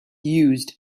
used